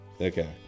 Okay